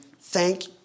Thank